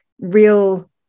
real